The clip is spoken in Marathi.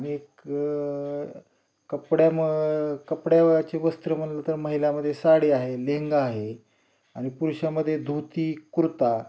आणि एक कपड्याम कपड्यावचे वस्त्र म्हटलं तर महिलांमध्ये साडी आहे लेहंगा आहे आणि पुरुषामध्ये धोती कुर्ता